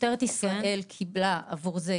כמה תביעות הוגשו בשנה